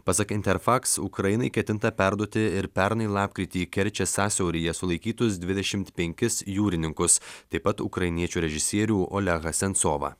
pasak interfax ukrainai ketinta perduoti ir pernai lapkritį kerčės sąsiauryje sulaikytus dvidešimt penkis jūrininkus taip pat ukrainiečių režisierių olegą sensovą